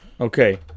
Okay